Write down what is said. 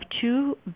two